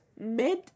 mid